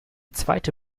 zweite